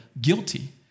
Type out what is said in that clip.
guilty